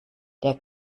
der